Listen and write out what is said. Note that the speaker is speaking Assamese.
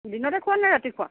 দিনতে খোৱা নে ৰাতি খোৱা